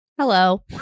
Hello